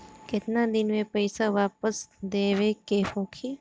केतना दिन में पैसा वापस देवे के होखी?